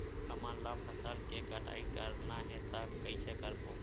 हमन ला फसल के कटाई करना हे त कइसे करबो?